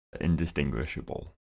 indistinguishable